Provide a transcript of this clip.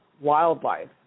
wildlife